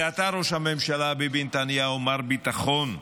ואתה, ראש הממשלה ביבי נתניהו, מר ביטחון,